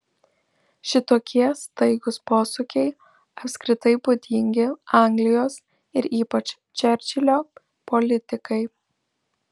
šitokie staigūs posūkiai apskritai būdingi anglijos ir ypač čerčilio politikai